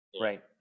Right